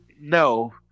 no